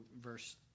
verse